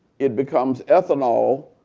it becomes ethanol,